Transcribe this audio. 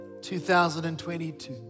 2022